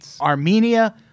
Armenia